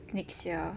next year